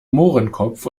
mohrenkopf